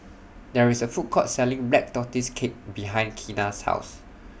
There IS A Food Court Selling Black Tortoise Cake behind Keena's House